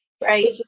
Right